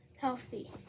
healthy